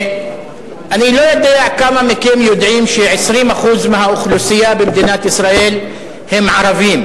אני לא יודע כמה מכם יודעים ש-20% מהאוכלוסייה במדינת ישראל הם ערבים.